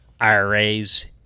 IRAs